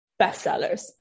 bestsellers